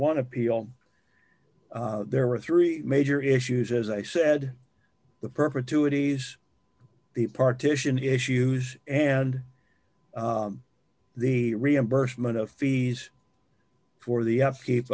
one appeal there are three major issues as i said the perfect to appease the partition issues and the reimbursement of fees for the upkeep